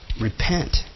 Repent